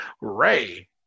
Ray